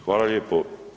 Hvala lijepo.